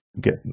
get